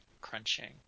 crunching